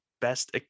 best